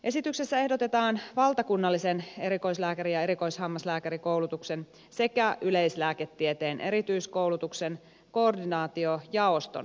esityksessä ehdotetaan valtakunnallisen erikoislääkäri ja erikoishammaslääkärikoulutuksen sekä yleislääketieteen erityiskoulutuksen koordinaatiojaoston perustamista